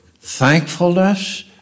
thankfulness